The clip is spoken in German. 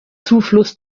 zufluss